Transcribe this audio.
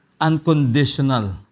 unconditional